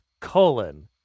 colon